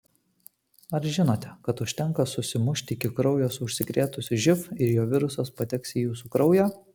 ar žinote kad užtenka susimušti iki kraujo su užsikrėtusiu živ ir jo virusas pateks į jūsų kraują